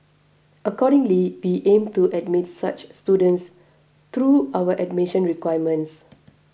accordingly we aim to admit such students through our admission requirements